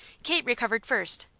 kate recovered first.